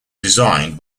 designed